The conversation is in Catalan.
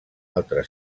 altre